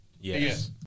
Yes